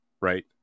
Right